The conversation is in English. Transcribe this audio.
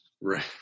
Right